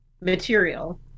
material